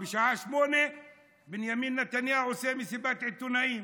בשעה 20:00 בנימין נתניהו עושה מסיבת עיתונאים,